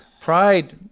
pride